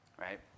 right